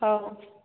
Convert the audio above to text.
ହେଉ